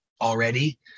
already